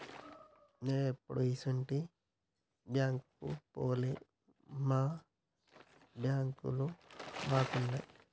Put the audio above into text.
నేనెప్పుడూ ఇసుంటి బాంకుకు పోలే, మా బాంకులు మాకున్నయ్